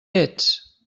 ets